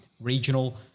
Regional